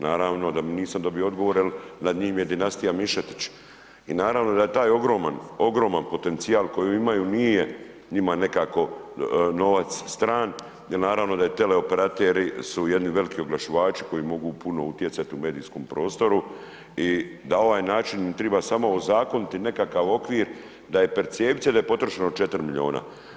Naravno da nisam dobio odgovor jer nad njim je dinastija Mišetić i naravno da je taj ogroman, ogroman potencijal koji imaju nije njima nekako novac stran jer naravno da je teleoperateri su jedni veliki oglašivači koji mogu puno utjecati u medijskom prostoru i na ovaj način im triba samo ozakoniti nekakav okvir da je percepcija da je potrošeno 4 miliona.